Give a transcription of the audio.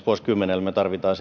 vuosikymmenelle me tarvitsemme